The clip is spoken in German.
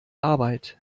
arbeit